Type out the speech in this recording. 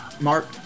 Mark